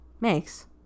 makes